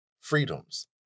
freedoms